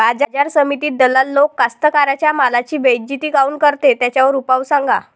बाजार समितीत दलाल लोक कास्ताकाराच्या मालाची बेइज्जती काऊन करते? त्याच्यावर उपाव सांगा